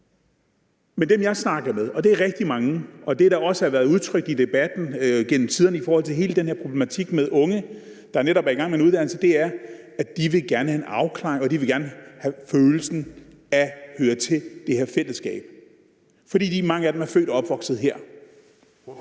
Men dem, jeg snakker med, og det er rigtig mange, siger, og det har også været udtrykt i debatten gennem tiderne i forhold til den her problematik med unge, der netop er i gang med en uddannelse, er, at de gerne vil have en afklaring og de gerne vil have følelsen af at høre til det her fællesskab, fordi mange af dem er født og opvokset her.